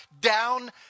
down